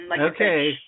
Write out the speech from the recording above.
Okay